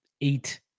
eight